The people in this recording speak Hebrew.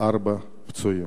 וארבעה פצועים.